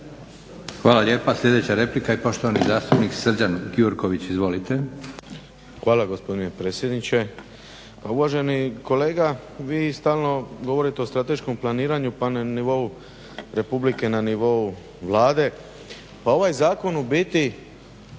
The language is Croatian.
Hvala lijepa. Sljedeća replika i poštovani zastupnik Srđan Gjurković. Izvolite. **Gjurković, Srđan (HNS)** Hvala gospodine predsjedniče. Uvaženi kolega, vi stalno govorite o strateškom planiranju na nivou Republike, na nivou Vlade. Pa ovaj zakon u biti